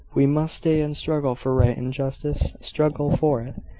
we must stay and struggle for right and justice struggle for it,